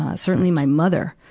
certainly my mother,